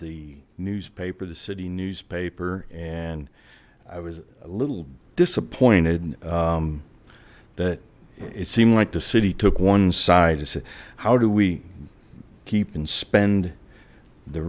the newspaper the city newspaper and i was a little disappointed that it seemed like the city took one side said how do we keep and spend the